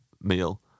meal